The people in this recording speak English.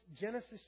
Genesis